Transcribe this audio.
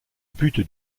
but